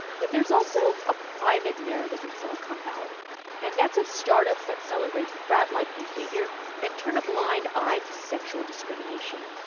but there's also a private narrative in silicon valley and that's of start-ups that celebrate frat-like behavior and turn a blind eye to sexual discrimination.